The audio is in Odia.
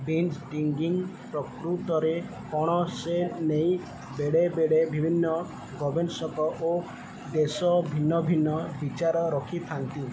ବିଞ୍ଜ ଡ୍ରିଙ୍କିଙ୍ଗ ପ୍ରକୃତରେ କ'ଣ ସେ ନେଇ ବେଳେବେଳେ ବିଭିନ୍ନ ଗବେଷକ ଓ ଦେଶ ଭିନ୍ନ ଭିନ୍ନ ବିଚାର ରଖିଥାନ୍ତି